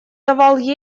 давал